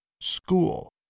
school